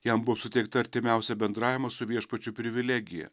jam buvo suteikta artimiausia bendravimo su viešpačiu privilegija